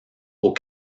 aux